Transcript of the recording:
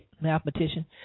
mathematician